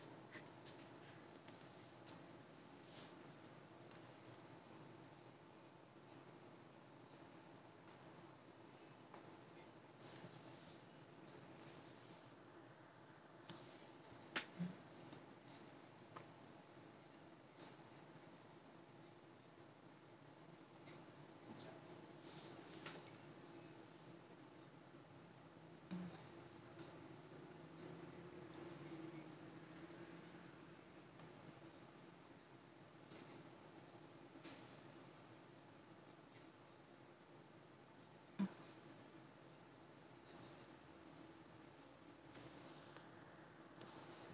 mm mm